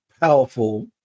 powerful